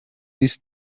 this